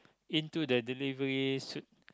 into the delivery suite